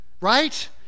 right